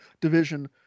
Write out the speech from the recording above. Division